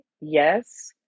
Yes